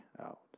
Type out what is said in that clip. out